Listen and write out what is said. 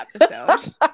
episode